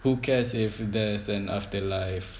who cares if there's an afterlife